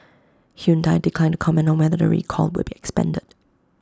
Hyundai declined to comment on whether the recall would be expanded